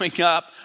up